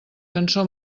cançó